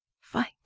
fight